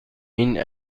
این